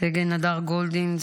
סגן הדר גולדין,